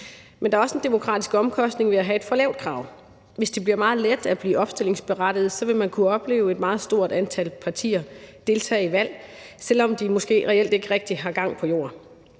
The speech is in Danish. Men der er også en demokratisk omkostning ved at have et for lavt krav. Hvis det bliver meget let at blive opstillingsberettiget, vil man kunne opleve et meget stort antal partier deltage i valg, selv om de måske reelt ikke rigtig har gang på jord.